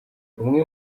umwe